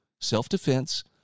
self-defense